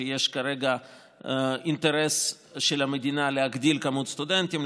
שיש כרגע אינטרס של המדינה להגדיל את כמות הסטודנטים בהן.